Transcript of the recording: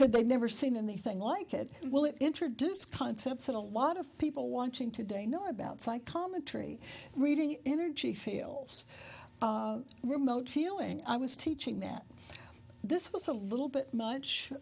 said they never seen anything like it will it introduce concepts that a lot of people watching today know about psychometry read energy fails remote feeling i was teaching that this was a little bit much